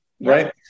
right